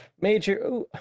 major